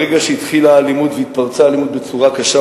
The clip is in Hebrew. ברגע שהתחילה אלימות והתפרצה אלימות בצורה קשה,